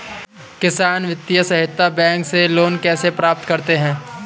किसान वित्तीय सहायता बैंक से लोंन कैसे प्राप्त करते हैं?